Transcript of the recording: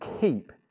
keep